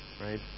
right